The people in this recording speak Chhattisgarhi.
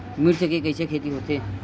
मिर्च के कइसे खेती होथे?